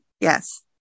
Yes